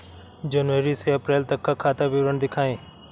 जनवरी से अप्रैल तक का खाता विवरण दिखाए?